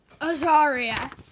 Azaria